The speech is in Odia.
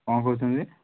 କ'ଣ କହୁଛନ୍ତି